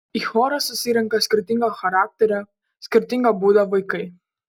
į chorą susirenka skirtingo charakterio skirtingo būdo vaikai